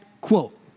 quote